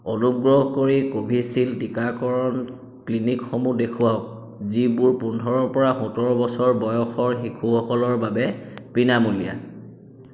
অনুগ্ৰহ কৰি কোভিচিল্ড টিকাকৰণ ক্লিনিকসমূহ দেখুৱাওক যিবোৰ পোন্ধৰ পৰা সোতৰ বছৰ বয়সৰ শিশুসকলৰ বাবে বিনামূলীয়া